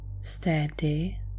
steady